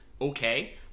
okay